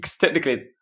technically